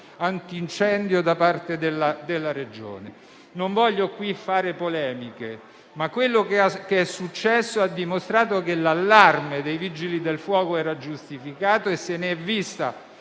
antincendio da parte della Regione. Non voglio qui fare polemiche, ma quello che è successo ha dimostrato che l'allarme dei Vigili del fuoco era giustificato e se ne è vista